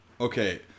Okay